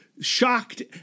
shocked